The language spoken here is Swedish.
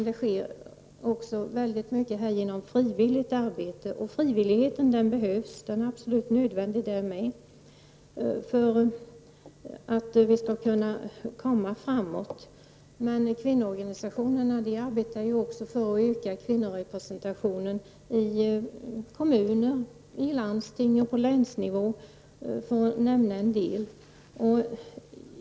Det sker också mycket genom frivilligt arbete. Frivilligheten behövs, och den är nödvändig för att vi skall kunna komma framåt. Kvinnoorganisationerna arbetar även för att öka kvinnorepresentationen i kommuner, landsting och på länsnivå, för att nämna några exempel.